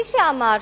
מי אמר